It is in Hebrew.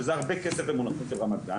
שזה הרבה כסף במונחים של רמת גן